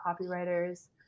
copywriters